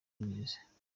neza